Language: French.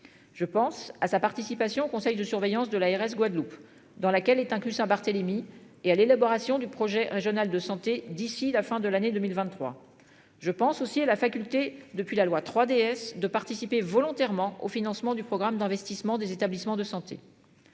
Je pense à sa participation au conseil de surveillance de l'ARS Guadeloupe dans laquelle est inclus Saint-Barthélemy et à l'élaboration du projet régional de santé d'ici la fin de l'année 2023. Je pense aussi à la faculté. Depuis la loi 3DS de participer volontairement au financement du programme d'investissement des établissements de santé.